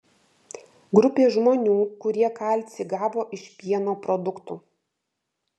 grupė žmonių kurie kalcį gavo iš pieno produktų